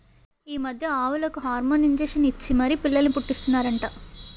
ఈ మధ్య ఆవులకు హార్మోన్ ఇంజషన్ ఇచ్చి మరీ పిల్లల్ని పుట్టీస్తన్నారట